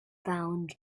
found